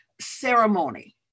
ceremony